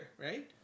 right